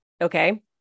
Okay